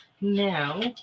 Now